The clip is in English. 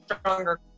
stronger